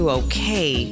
okay